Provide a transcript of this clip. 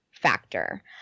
factor